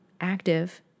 active